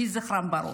יהי זכרם ברוך.